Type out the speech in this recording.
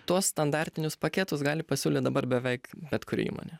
tuos standartinius paketus gali pasiūlyt dabar beveik bet kuri įmonė